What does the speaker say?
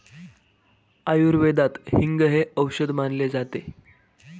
आयुर्वेदात हिंग हे औषध मानले जाते